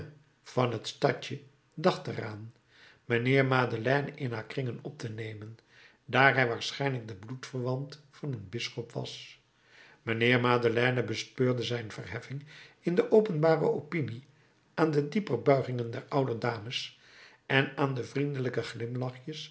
van het stadje dacht er aan mijnheer madeleine in haar kringen op te nemen daar hij waarschijnlijk de bloedverwant van een bisschop was mijnheer madeleine bespeurde zijn verheffing in de openbare opinie aan de dieper buigingen der oude dames en aan de vriendelijker glimlachjes